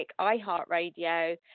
iHeartRadio